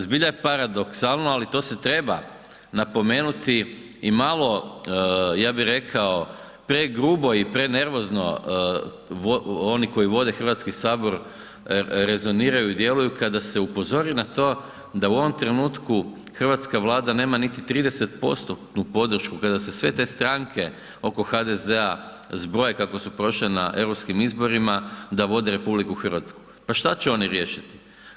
Zbilja je paradoksalno, ali to se treba napomenuti, i malo, ja bi rekao, pregrubo i prenervozno oni koji vode HS rezoniraju i djeluju kada se upozori na to da u ovom trenutku hrvatska Vlada nema niti 30%-tnu podršku, kada se sve te stranke oko HDZ-a zbroje kako su prošle na Europskim izborima, da vode RH, pa šta će oni riješiti?